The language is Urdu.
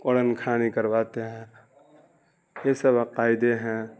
قرآن خوانی کرواتے ہیں یہ سب عقائد ہیں